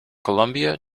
colombia